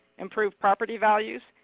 improve property values,